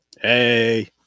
Hey